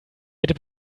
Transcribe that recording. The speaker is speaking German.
bitte